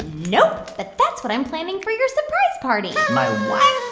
nope. but that's what i'm planning for your surprise party my what?